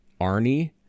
Arnie